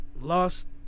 lost